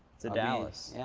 to dallas.